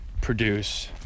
produce